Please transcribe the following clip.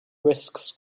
risks